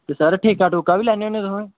ते सर ठेका बी लैन्ने होन्ने तुस